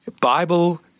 Bible